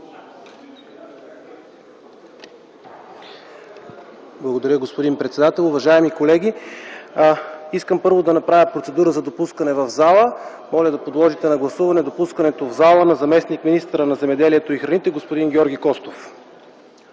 Благодаря, господин председател. Уважаеми колеги, искам първо да направя процедура за допускане в залата. Моля да подложите на гласуване допускането в залата на заместник-министъра на земеделието и храните господин Георги Костов.